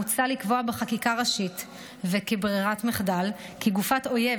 מוצע לקבוע בחקיקה ראשית וכברירת מחדל כי גופת אויב